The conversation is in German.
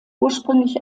ursprünglich